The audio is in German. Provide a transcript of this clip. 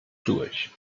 durch